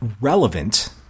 relevant